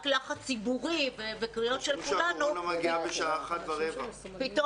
אומרים שהקורונה מגיעה בשעה 13:15. ורק לחץ ציבורי וקריאות של